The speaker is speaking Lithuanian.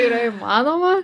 yra įmanoma